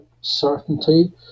certainty